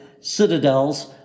citadels